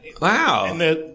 Wow